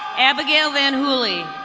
abigail van hooley.